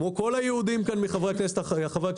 כמו כל היהודים כאן מחברי הכנסת החרדים,